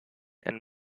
and